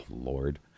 Lord